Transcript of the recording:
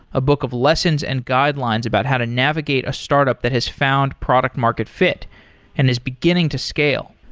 a book of lessons and guidelines about how to navigate a startup that has found product market fit and is beginning to scale.